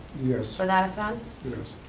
yes. for that offense. yes.